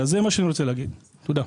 תודה.